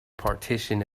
partition